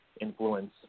influence